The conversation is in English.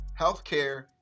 healthcare